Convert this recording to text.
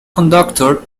conductor